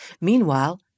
Meanwhile